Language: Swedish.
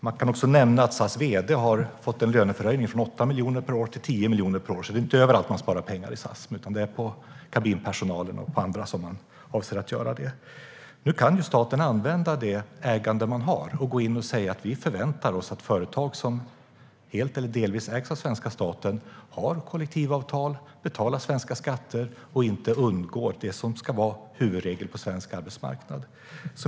Man kan också nämna att SAS vd har fått en löneförhöjning från 8 miljoner per år till 10 miljoner per år. Det är alltså inte överallt man sparar pengar i SAS, utan det är på kabinpersonalen och på andra som man avser att göra det. Nu kan staten använda det ägande man har och gå in och säga: Vi förväntar oss att företag som helt eller delvis ägs av svenska staten har kollektivavtal, betalar svenska skatter och inte undgår det som ska vara huvudregel på svensk arbetsmarknad.